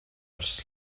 ers